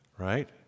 right